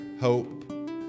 hope